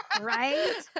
Right